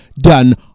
done